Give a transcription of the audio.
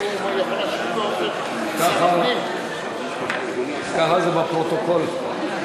הוא יכול להשיב לו, ככה זה בפרוטוקול.